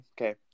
okay